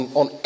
on